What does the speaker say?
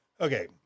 Okay